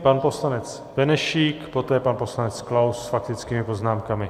Pan poslanec Benešík, poté pan poslanec Klaus s faktickými poznámkami.